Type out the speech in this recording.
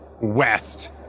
West